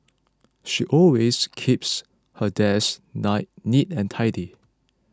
she always keeps her desk nine neat and tidy